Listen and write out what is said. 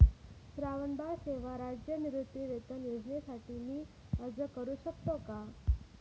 श्रावणबाळ सेवा राज्य निवृत्तीवेतन योजनेसाठी मी अर्ज करू शकतो का?